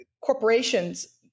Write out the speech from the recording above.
corporations